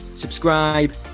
subscribe